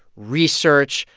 research,